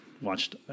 watched